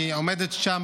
היא עומדת שם,